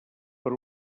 per